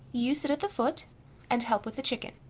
you sit at the foot and help with the chicken.